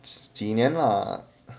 几年 lah